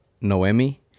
Noemi